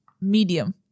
medium